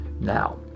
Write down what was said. now